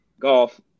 golf